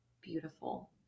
beautiful